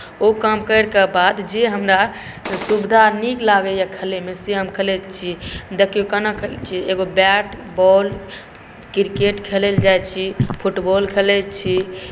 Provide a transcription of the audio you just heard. ओ काम करिके बाद जे हमरा सुविधा नीक लागैए खेलैमे से हम खेलैत छी देखियौ केना खेलैत छी एगो बैट बॉल क्रिकेट खेलय लेल जाइत छी फुटबॉल खेलैत छी